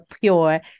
pure